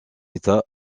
état